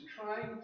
trying